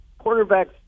quarterbacks